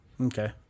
Okay